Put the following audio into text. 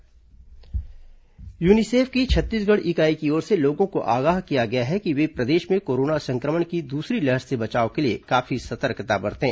corona समाचारजागरूकता UNICEF की छत्तीसगढ़ इकाई की ओर से लोगों को आगाह किया गया है कि वे प्रदेश में कोरोना संक्रमण की दूसरी लहर से बचाव के लिए काफी सतर्कता बरतें